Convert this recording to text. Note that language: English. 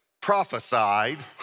prophesied